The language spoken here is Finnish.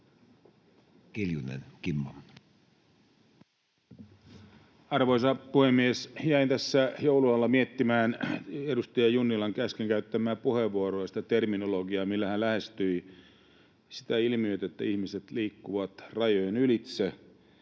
Content: Arvoisa puhemies! Jäin tässä joulun alla miettimään edustaja Junnilan äsken käyttämää puheenvuoroa, sitä terminologiaa, millä hän lähestyi sitä ilmiötä, että ihmiset liikkuvat rajojen ylitse